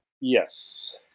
Yes